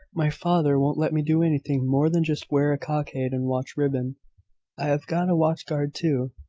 my father won't let me do anything more than just wear a cockade and watch-ribbon. i have got a watch-guard too,